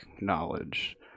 knowledge